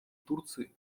турции